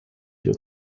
your